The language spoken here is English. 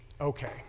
Okay